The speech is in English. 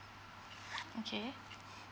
okay